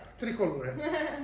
Tricolore